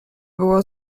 było